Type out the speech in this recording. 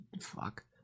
fuck